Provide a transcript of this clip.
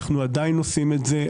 אנחנו עדיין עושים את זה,